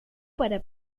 para